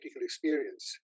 experience